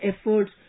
efforts